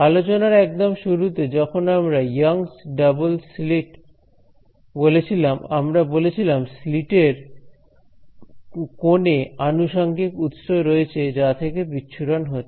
আলোচনার একদম শুরুতে যখন আমরা young's double slit young's double slit বলেছিলাম আমরা বলেছিলাম স্লিট এর কোনে আনুষঙ্গিক উৎস রয়েছে যা থেকে বিচ্ছুরণ হচ্ছে